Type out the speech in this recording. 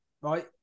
right